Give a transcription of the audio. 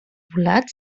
volat